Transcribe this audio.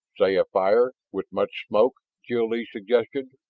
say a fire, with much smoke? jil-lee suggested.